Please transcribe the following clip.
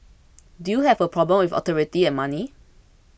do you have a problem with authority and money